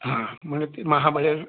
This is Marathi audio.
हां म्हणजे महाबळे